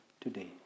today